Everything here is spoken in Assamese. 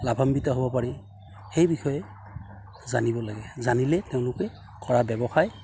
লাভাম্বিত হ'ব পাৰি সেই বিষয়ে জানিব লাগে জানিলে তেওঁলোকে কৰা ব্যৱসায়